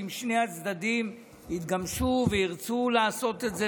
אם שני הצדדים יתגמשו וירצו לעשות את זה.